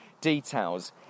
details